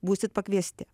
būsit pakviesti